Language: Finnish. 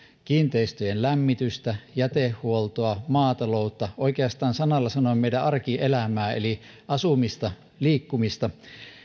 kiinteistöjen lämmitystä jätehuoltoa maataloutta oikeastaan sanalla sanoen meidän arkielämäämme eli asumista ja liikkumista